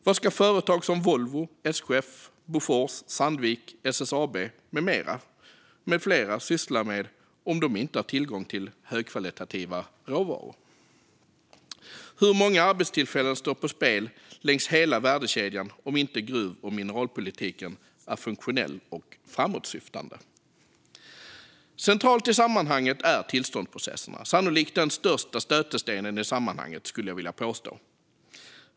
Vad ska företag som Volvo, SKF, Bofors, Sandvik, SSAB med flera syssla med om de inte har tillgång till högkvalitativa råvaror? Hur många arbetstillfällen står på spel längs hela värdekedjan om inte gruv och mineralpolitiken är funktionell och framåtsyftande? Centralt i sammanhanget är tillståndsprocesserna. De är sannolikt den största stötestenen i sammanhanget, skulle jag vilja påstå.